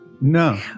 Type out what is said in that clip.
No